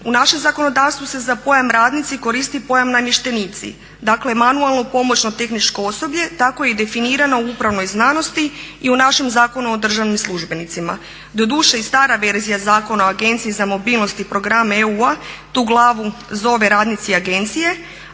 U našem zakonodavstvu se za pojam radnici koristi pojam namještenici, dakle manualno pomoćno-tehničko osoblje tako je i definirano u upravnoj znanosti i u našem Zakonu o državnim službenicima. Doduše, i stara verzija Zakona o Agenciji za mobilnost i program EU tu glavu zove radnici agencije,